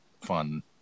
fun